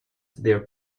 their